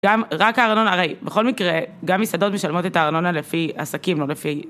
גם, רק הארנונה, הרי, בכל מקרה, גם מסעדות משלמות את הארנונה לפי עסקים, לא לפי...